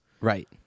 Right